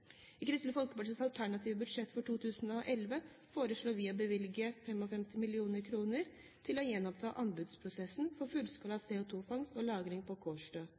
I Kristelig Folkepartis alternative budsjett for 2011 foreslår vi å bevilge 55 mill. kr til å gjenoppta anbudsprosessen for fullskala CO2-fangst og lagring på Kårstø.